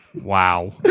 Wow